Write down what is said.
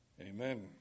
amen